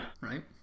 Right